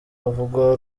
avugwaho